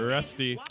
Rusty